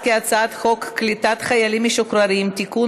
את הצעת חוק קליטת חיילים משוחררים (תיקון,